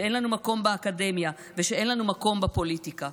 שאין לנו מקום באקדמיה ושאין לנו מקום בפוליטיקה.